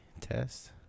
test